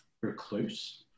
recluse